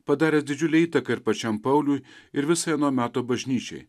padaręs didžiulę įtaką ir pačiam pauliui ir visai ano meto bažnyčiai